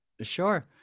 Sure